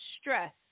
stress